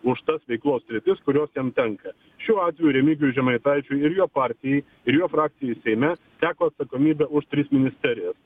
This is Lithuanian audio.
už tas veiklos sritis kurios jam tenka šiuo atveju remigijui žemaitaičiui ir jo partijai ir jo frakcijai seime teko atsakomybė už tris ministerijas